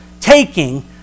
taking